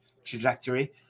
trajectory